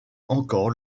encore